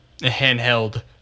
handheld